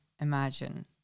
imagine